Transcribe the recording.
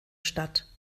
statt